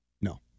No